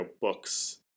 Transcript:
books